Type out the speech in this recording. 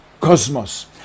cosmos